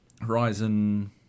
Horizon